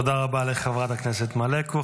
תודה רבה לחברת הכנסת מלקו.